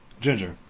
Ginger